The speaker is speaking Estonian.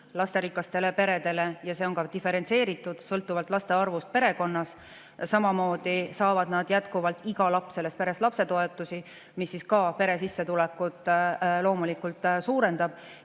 lasterikastele peredele ja see on diferentseeritud sõltuvalt laste arvust perekonnas. Samamoodi saavad nad jätkuvalt, iga laps peres, lapsetoetusi, mis ka pere sissetulekut loomulikult suurendab.